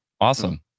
Awesome